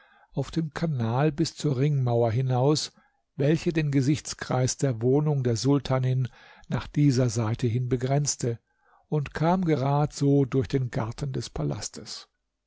auf dem kanal bis zur ringmauer hinaus welche den gesichtskreis der wohnung der sultanin nach dieser seite hin begrenzte und kam gerad so durch den garten des palastes